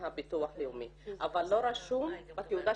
דיונים יותר של עמדות ושל מה אני חושבת ומה מגיע ומה לא מגיע,